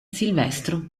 silvestro